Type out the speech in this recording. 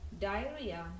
diarrhea